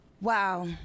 Wow